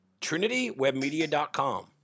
trinitywebmedia.com